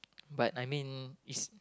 but I mean is